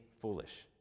foolish